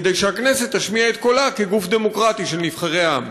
כדי שהכנסת תשמיע את קולה כגוף דמוקרטי של נבחרי העם.